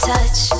Touch